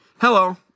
Hello